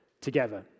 together